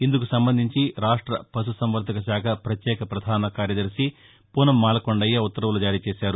ఇందుకు సంబంధించి రాష్ట్ర పశుసంవర్ణక శాఖ ప్రత్యేక ప్రధాన కార్యదర్భి పూనం మాలకొండయ్య ఉత్తర్వులు జారీ చేశారు